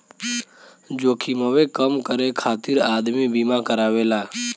जोखिमवे कम करे खातिर आदमी बीमा करावेला